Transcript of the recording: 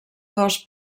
cos